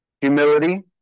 Humility